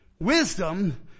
wisdom